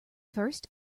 first